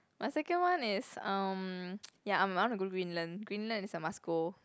my second one is um ya I'm I wanna go Greenland Greenland is a must go